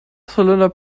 cylinder